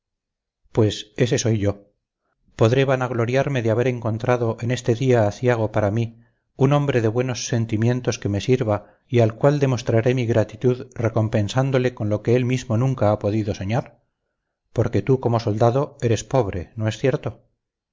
pues ese soy yo podré vanagloriarme de haber encontrado en este día aciago para mí un hombre de buenos sentimientos que me sirva y al cual demostraré mi gratitud recompensándole con lo que él mismo nunca ha podido soñar porque tú como soldado eres pobre no es cierto